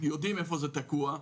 יודעים איפה זה תקוע,